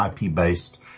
IP-based